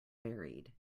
buried